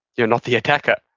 you're not the attacker.